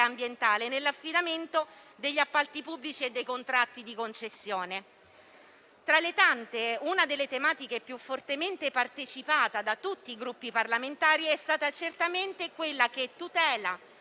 ambientale nell'affidamento degli appalti pubblici e dei contratti di concessione. Tra le tante, una delle tematiche più fortemente partecipata da tutti i Gruppi parlamentari è stata certamente quella che tutela,